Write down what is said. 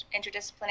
interdisciplinary